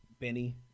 Benny